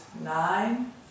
nine